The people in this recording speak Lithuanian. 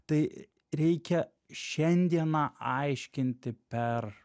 tai reikia šiandieną aiškinti per